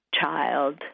child